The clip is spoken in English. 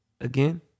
again